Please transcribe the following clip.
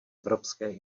evropské